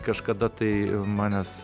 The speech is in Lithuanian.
kažkada tai manęs